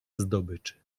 zdobyczy